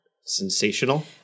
sensational